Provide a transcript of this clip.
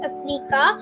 Africa